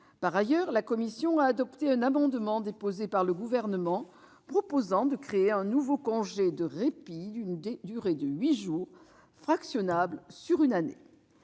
Par ailleurs, la commission a adopté un amendement déposé par le Gouvernement, tendant à créer un nouveau congé de répit, d'une durée de huit jours, fractionnable sur une année.